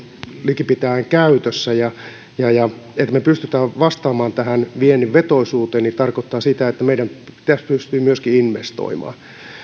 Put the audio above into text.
likipitäen täysin käytössä ja ja jotta me pystymme vastaamaan tähän viennin vetoisuuteen meidän pitäisi pystyä myöskin investoimaan